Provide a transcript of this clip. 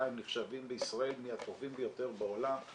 הם נחשבים בישראל מהטובים ביותר בעולם.